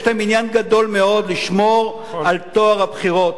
יש להן עניין גדול מאוד לשמור על טוהר הבחירות.